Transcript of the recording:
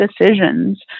decisions